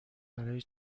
برای